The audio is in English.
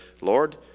Lord